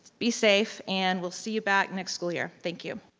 be safe and we'll see you back next school year, thank you.